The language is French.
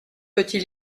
petit